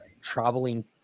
traveling